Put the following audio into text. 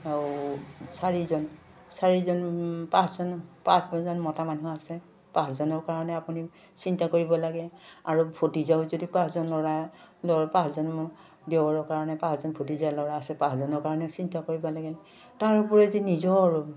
ও চাৰিজন চাৰিজন পাঁচজন পাঁচজন মতা মানুহ আছে পাঁচজনৰ কাৰণে আপুনি চিন্তা কৰিব লাগে আৰু ভটিজাও যদি পাঁচজন ল'ৰা পাঁচজন দেওৰ কাৰণে পাঁচজন ভটিজা ল'ৰা আছে পাঁচজনৰ কাৰণে চিন্তা কৰিব লাগে তাৰ উপৰি যে নিজৰ